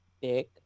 big